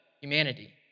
Humanity